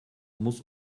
muss